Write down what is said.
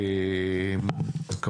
משרד האנרגיה.